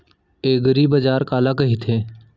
एगरीबाजार काला कहिथे?